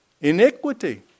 iniquity